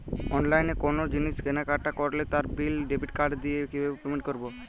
অনলাইনে কোনো জিনিস কেনাকাটা করলে তার বিল ডেবিট কার্ড দিয়ে কিভাবে পেমেন্ট করবো?